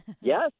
Yes